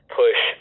push